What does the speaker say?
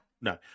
No